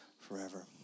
forever